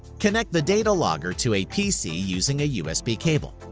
connect the data logger to a pc using a usb cable.